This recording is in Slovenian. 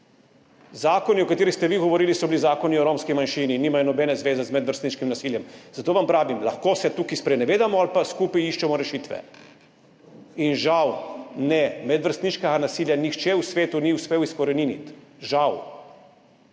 Zakoni, o katerih ste vi govorili, so bili zakoni o romski manjšini in nimajo nobene zveze z medvrstniškim nasiljem. Zato vam pravim, lahko se tukaj sprenevedamo ali pa skupaj iščemo rešitve. Žal medvrstniškega nasilja nihče v svetu ni uspel izkoreniniti, žal.